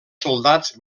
soldats